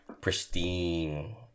pristine